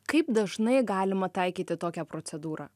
kaip dažnai galima taikyti tokią procedūrą